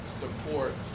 support